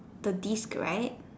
the disc right